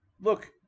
look